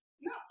No